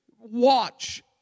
watch